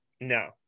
no